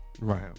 Right